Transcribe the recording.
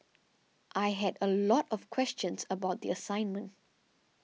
I had a lot of questions about the assignment